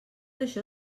això